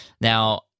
Now